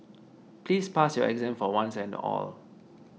please pass your exam for once and all